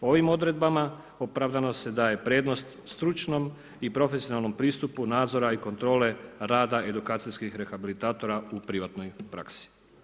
Ovim odredbama opravdano se daje prednost stručnom i profesionalnom pristupu nadzora i kontrole rada edukacijskih rehabilitatora u privatnoj praksi.